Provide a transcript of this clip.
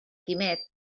quimet